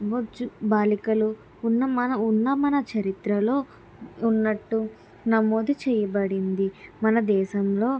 బాలికలు ఉన్న మన ఉన్న మన చరిత్రలో ఉన్నట్టు నమోదు చేయబడింది మన దేశంలో